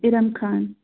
Iram Khan